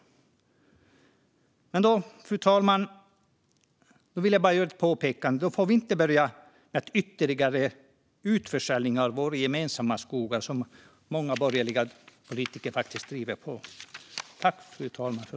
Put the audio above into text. Men, fru talman, jag vill göra påpekandet att vi då inte får börja med ytterligare utförsäljningar av våra gemensamma skogar, som många borgerliga politiker faktiskt driver på för.